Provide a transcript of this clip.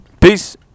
Peace